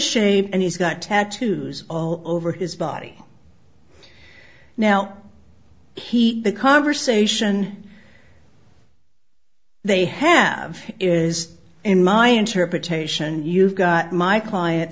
shaved and he's got tattoos all over his body now he the conversation they have is in my interpretation you've got my client